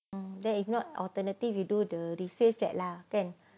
then if not alternative you do the resale flat lah kan